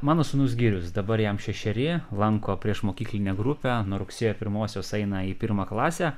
mano sūnus girius dabar jam šešeri lanko priešmokyklinę grupę nuo rugsėjo pirmosios aina į pirmą klasę